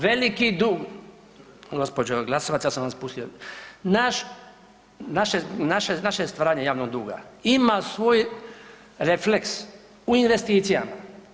Veliki dug gospođo Glasovac ja sam vas pustio, naše stvaranje javnog duga ima svoj refleks u investicijama.